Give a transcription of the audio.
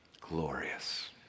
glorious